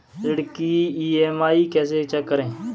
ऋण की ई.एम.आई कैसे चेक करें?